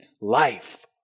life